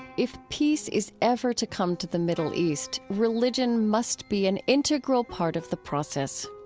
if peace is ever to come to the middle east, religion must be an integral part of the process.